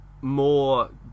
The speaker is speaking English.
more